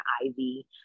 Ivy